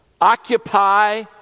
occupy